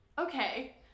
Okay